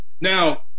Now